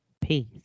Peace